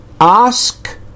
Ask